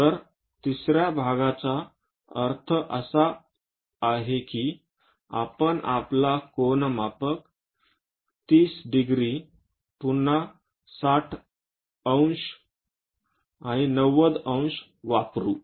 तर तिसर्या भागाचा अर्थ असा आहे की आपण आपला कोनमापक 30 अंश पुन्हा 60 अंश आणि 90 अंश वापरू